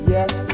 Yes